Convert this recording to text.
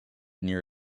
near